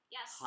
Yes